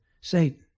Satan